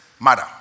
matter